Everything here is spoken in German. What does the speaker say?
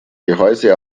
gehäuse